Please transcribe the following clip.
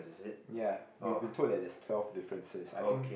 ya we've been told that there's twelve differences I think